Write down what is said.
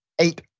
Eight